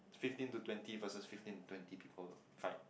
fifteen to twenty versus fifteen to twenty people fight